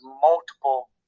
multiple